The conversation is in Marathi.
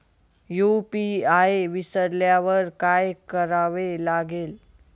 यू.पी.आय विसरल्यावर काय करावे लागेल?